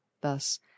thus